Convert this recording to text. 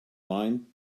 mind